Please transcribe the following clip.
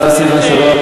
השר סילבן שלום,